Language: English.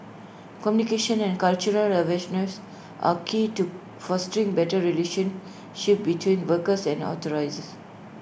communication and cultural awareness are key to fostering better relationship between workers and authorities